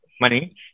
money